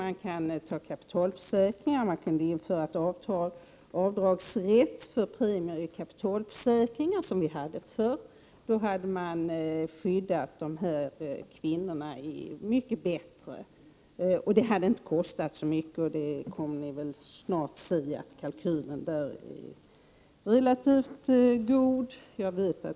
Man kan ta kapitalförsäkringar, och vi skulle kunna införa avdragsrätt för premier i sådana försäkringar, som vi hade förr. Då kunde kvinnorna som det här gäller få ett mycket bättre skydd, och det hade inte kostat så mycket. Vi vet att kalkylerna är goda.